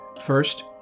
First